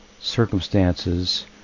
Circumstances